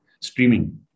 streaming